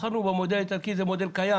בחרנו במודל האיטלקי כי הוא מודל קיים.